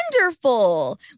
Wonderful